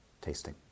tasting